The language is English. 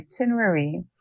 itinerary